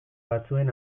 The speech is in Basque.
batzuen